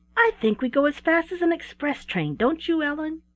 i think we go as fast as an express train don't you, ellen?